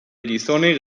gizonei